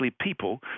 people